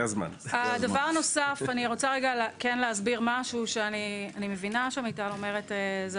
דבר נוסף אני רוצה כן להסביר משהו: אני מבינה שמיטל אומרת שזה